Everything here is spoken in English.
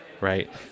right